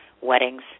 weddings